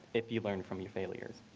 if you learn from your failures.